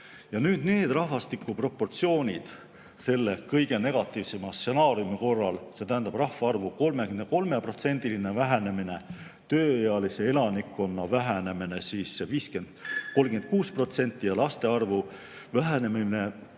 suur. Need rahvastiku[prognoosid] selle kõige negatiivsema stsenaariumi korral – see tähendab, rahvaarvu 33%-line vähenemine, tööealise elanikkonna vähenemine 36% ja laste arvu vähenemine